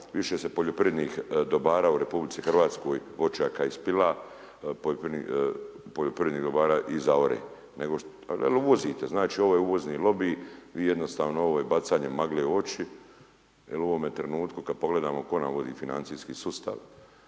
više se poljoprivrednih dobara u RH, voćaka i spila poljoprivrednih dobara i zaore, nego. Uvozite znači ovo je uvozni lobij, vi jednostavno, ovo je bacanje magle u oči, jer u ovome trenutku kada pogledamo tko nam vodi financijski sustav,